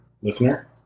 listener